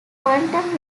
quantum